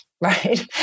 right